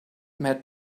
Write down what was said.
met